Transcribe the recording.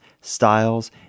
styles